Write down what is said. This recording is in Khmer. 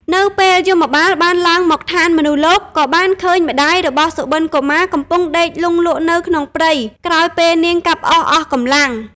នៅពេលយមបាលបានឡើងមកឋានមនុស្សលោក ក៏បានឃើញម្តាយរបស់សុបិន្តកុមារកំពុងដេកលង់លក់នៅក្នុងព្រៃក្រោយពេលនាងកាប់អុសអស់កម្លាំង។